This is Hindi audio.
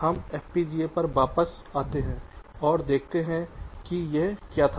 हम FPGA पर वापस आते हैं और देखते हैं कि यह क्या था